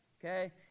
okay